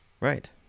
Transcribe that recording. Right